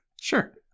Sure